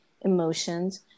emotions